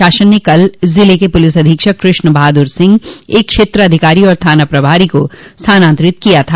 शासन ने कल ज़िले के पुलिस अधीक्षक कृष्ण बहादुर सिंह एक क्षेत्राधिकारी और थाना प्रभारी को स्थानांतरित किया था